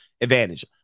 advantage